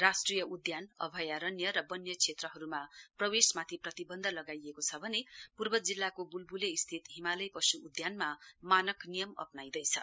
राष्ट्रिय उद्यान अभयारण्य र वन्य क्षेत्रहरूमा प्रवेशमाथि प्रतिवन्ध लगाइएको छ भने पूर्व जिल्लाको बुल्बुले स्थित हिमालय पशु उद्यानमा मानक नियम अप्नाइँदैछ